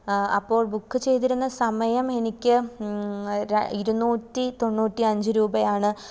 അപ്പോൾ ബുക്ക് ചെയ്തിരുന്ന സമയം എനിക്ക് ഇരുന്നൂറ്റി തൊണ്ണൂറ്റി അഞ്ച് രൂപയാണ്